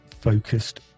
focused